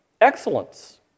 excellence